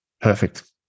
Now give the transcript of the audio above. Perfect